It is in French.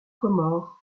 comores